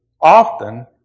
often